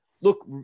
Look